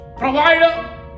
provider